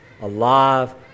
alive